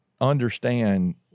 understand